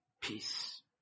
Peace